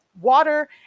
water